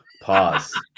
Pause